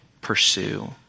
pursue